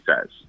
says